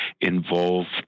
involved